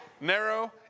narrow